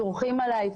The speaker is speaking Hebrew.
צועקים עליי,